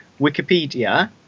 wikipedia